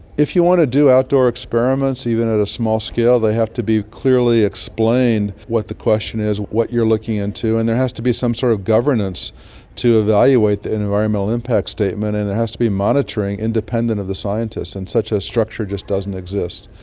if you want to do outdoor experiments, even at a small scale, they have to be clearly explained what the question is, what you are looking into, and there has to be some sort of governance to evaluate the environmental impact statement and it has to be monitored independent of the scientists, and such a structure just doesn't exist.